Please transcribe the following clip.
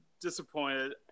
disappointed